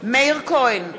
מאיר כהן,